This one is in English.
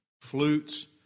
flutes